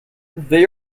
they